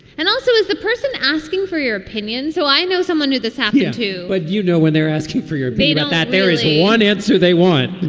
and also as the person asking for your opinion. so i know someone who this happened to. but, you know, when they're asking for your baby up, that there is one answer they want.